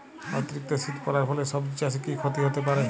অতিরিক্ত শীত পরার ফলে সবজি চাষে কি ক্ষতি হতে পারে?